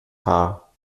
haar